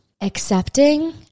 Accepting